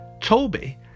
Toby